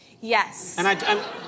Yes